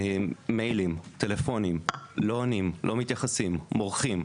מיילים, טלפונים, לא עונים, לא מתייחסים, מורחים,